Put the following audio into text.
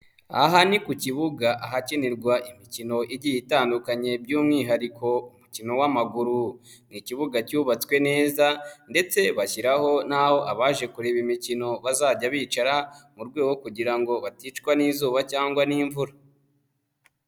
Aha ni ku kibuga ahakinirwa imikino igiye itandukanye by'umwihariko umukino w'amaguru. Ni ikibuga cyubatswe neza ndetse bashyiraho n'aho abaje kureba imikino bazajya bicara mu rwego rwo kugira ngo baticwa n'izuba cyangwa n'imvura.